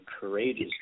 courageous